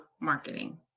marketing